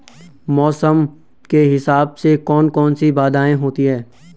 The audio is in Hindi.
मौसम के हिसाब से कौन कौन सी बाधाएं होती हैं?